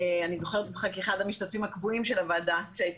אני זוכרת אותך כאחד המשתתפים הקבועים של הוועדה כשהייתי